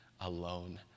alone